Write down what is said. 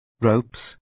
ropes